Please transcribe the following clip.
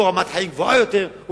פה רמת חיים גבוהה יותר,